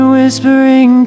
Whispering